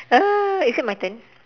is it my turn